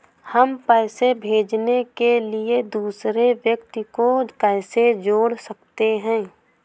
हम पैसे भेजने के लिए दूसरे व्यक्ति को कैसे जोड़ सकते हैं?